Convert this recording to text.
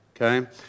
okay